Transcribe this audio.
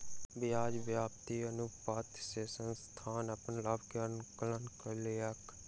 ब्याज व्याप्ति अनुपात से संस्थान अपन लाभ के आंकलन कयलक